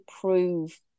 prove